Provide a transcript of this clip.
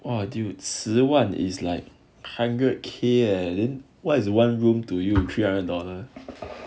!wah! dude 十万 is like hundred K leh ah then what is one room to you three hundred dollar